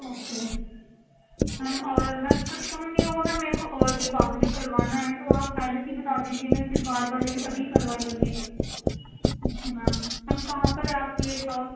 okay ma'am اور ma'am کچھ کم نہیں ہوگا میرے کو اور بھی بعد میں بھی کروانا ہے تو آپ پہلے سے ہی بتا دیجیے میں پھر بعد والے بھی ابھی ہی کروا لوں گی اچھا میم میم کہاں پر ہے آپ کی یہ شاپ